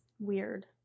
Weird